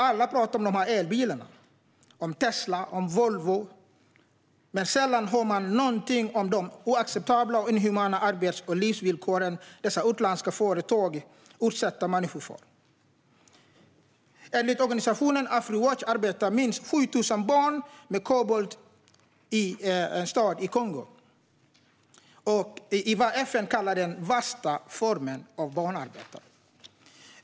Alla pratar om dessa elbilar - om Tesla och Volvo - men sällan hör man någonting om de oacceptabla och inhumana arbets och livsvillkor dessa utländska företag utsätter människor för. Enligt organisationen Afrewatch arbetar minst 7 000 barn med kobolt i en stad i Kongo - i vad FN kallar den värsta formen av barnarbete.